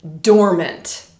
dormant